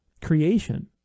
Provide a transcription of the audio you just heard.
creation